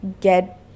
get